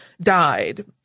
died